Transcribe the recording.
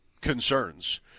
concerns